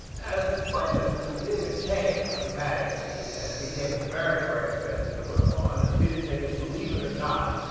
as the finances of the theatre changed, dramatically, and it became very, very expensive to put em on, and theatre tickets, believe it or not,